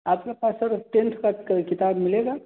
आपके पास sir tenth class का किताब मिलेगा